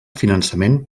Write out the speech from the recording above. finançament